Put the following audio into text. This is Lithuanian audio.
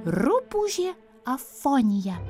rupūžė afonija